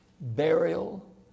burial